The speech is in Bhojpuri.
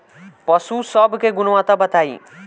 पशु सब के गुणवत्ता बताई?